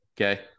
okay